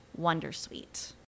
wondersuite